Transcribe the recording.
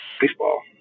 baseball